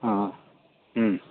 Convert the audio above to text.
ಹಾಂ ಹ್ಞೂ